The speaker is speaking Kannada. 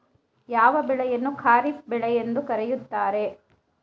ಯಾವ ಬೆಳೆಯನ್ನು ಖಾರಿಫ್ ಬೆಳೆ ಎಂದು ಕರೆಯುತ್ತಾರೆ?